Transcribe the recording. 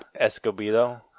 Escobedo